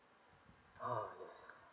ha yes